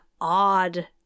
odd